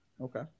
Okay